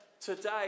Today